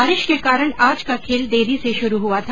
बारिश के कारण आज का खेल देरी से शुरू हुआ था